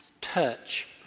touch